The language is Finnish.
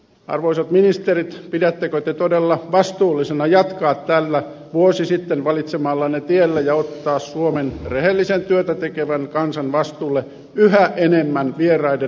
arvoisat ministerit pidättekö te todella vastuullisena jatkaa tällä vuosi sitten valitsemallanne tiellä ja ottaa suomen rehellisen työtä tekevän kansan vastuulle yhä enemmän vieraiden maiden velkoja